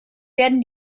werden